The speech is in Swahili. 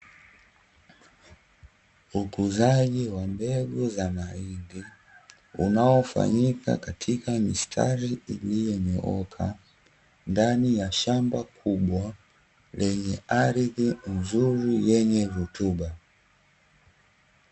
Ukuzaji wa mbegu za mahindi unaofanyika katika mistari, iliyonyooka ndani ya shamba kubwa lenye ardhi nzuri yenye rutuba.